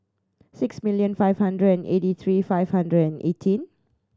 six million five hundred and eightt three five hundred and eighteen